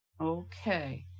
Okay